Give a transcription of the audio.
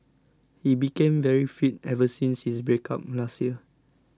he became very fit ever since his breakup last year